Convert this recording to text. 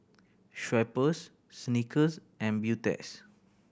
Schweppes Snickers and Beautex